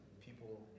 people